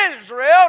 Israel